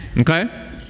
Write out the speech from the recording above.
Okay